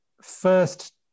first